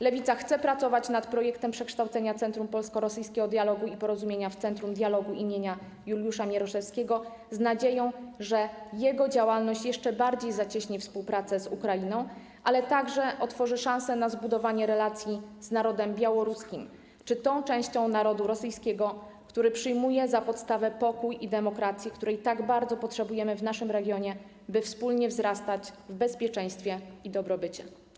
Lewica chce pracować nad projektem przekształcenia Centrum Polsko-Rosyjskiego Dialogu i Porozumienia w Centrum Dialogu im. Juliusza Mieroszewskiego z nadzieją, że jego działalność jeszcze bardziej zacieśni współpracę z Ukrainą, ale także otworzy szansę na zbudowanie relacji z narodem białoruskim czy tą częścią narodu rosyjskiego, która przyjmuje za podstawę pokój i demokrację, której tak bardzo potrzebujemy w naszym regionie, by wspólnie wzrastać w bezpieczeństwie i dobrobycie.